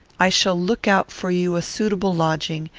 i shall look out for you a suitable lodging,